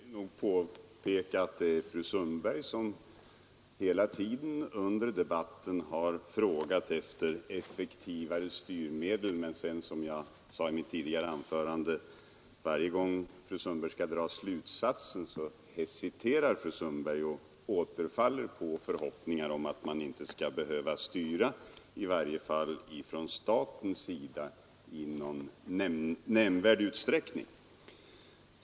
Herr talman! Jag vill påpeka att det är fru Sundberg som hela tiden under debatten har frågat efter effektivare styrmedel. Men, som jag sade i mitt tidigare anförande, varje gång fru Sundberg sedan skall dra slutsatsen hesiterar fru Sundberg och återfaller på förhoppningar om att man inte skall behöva styra — i varje fall från statens sida — i någon nämnvärd utsträckning.